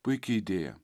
puiki idėja